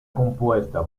compuesta